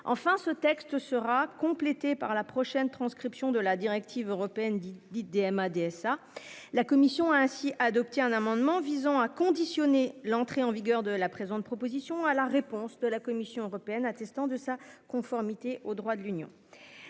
enfin ce texte sera complétée par la prochaine transcription de la directive européenne dite DMA DSA. La commission a ainsi adopté un amendement visant à conditionner l'entrée en vigueur de la présente proposition à la réponse de la Commission européenne attestant de sa conformité au droit de l'Union.